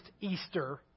Easter